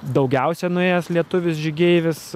daugiausiai nuėjęs lietuvis žygeivis